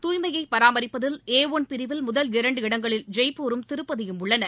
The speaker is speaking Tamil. துய்மையை பராமரிப்பதில் ஏ ஒன் பிரிவில் முதல் இரண்டு இடங்களில் ஜெய்ப்பூரும் திருப்பதியும் உள்ளன